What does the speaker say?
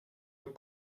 een